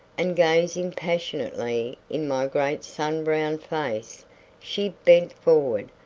and gazing passionately in my great sun-browned face she bent forward,